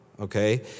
okay